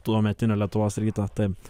tuometinio lietuvos ryto taip